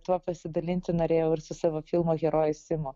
tuo pasidalinti norėjau ir su savo filmo heroju simu